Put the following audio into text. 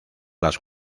las